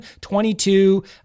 22